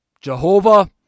Jehovah